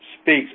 speaks